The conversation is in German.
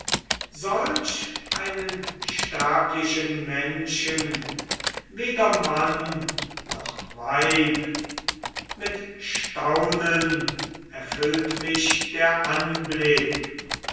solch einen sterblichen menschen weder mann noch weib mit staunen erfüllt mich der anblick